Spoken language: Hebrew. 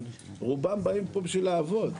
אבל רובם באים לפה בשביל לעבוד.